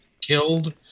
killed